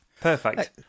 perfect